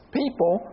people